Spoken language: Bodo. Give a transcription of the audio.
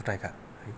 आखुथाइखा